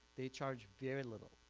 they charge very little,